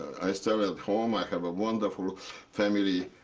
i stayed at home. i have a wonderful family,